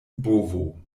bovo